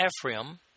Ephraim